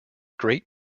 great